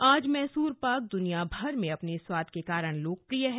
आज मैसुर पाक दुनिया भर में अपने स्वाद के कारण लोकप्रिय है